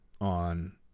on